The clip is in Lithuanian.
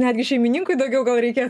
netgi šeimininkui daugiau gal reikia